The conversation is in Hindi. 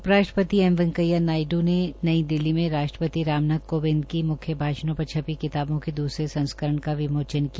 उपराष्ट्रपति एम वैंकेया नायड्र ने आज नई दिल्ली में राष्ट्रपति राम नाथ कोविंद की मुख्य भाषणों पर छपी किताबों के द्रसरे संस्करण का विमोचन किया